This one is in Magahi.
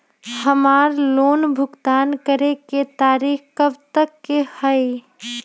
हमार लोन भुगतान करे के तारीख कब तक के हई?